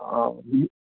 অঁ